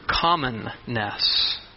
commonness